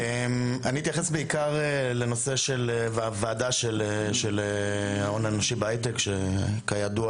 אני אתייחס בעיקר לנושא של הוועדה של הון אנושי בהייטק שכידוע